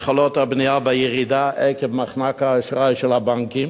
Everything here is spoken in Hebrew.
התחלות הבנייה בירידה עקב מחנק האשראי של הבנקים,